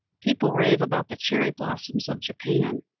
people rave about the cherry blossoms of japan,